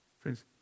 Friends